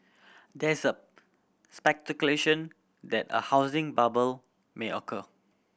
there is a speculation that a housing bubble may occur